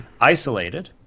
isolated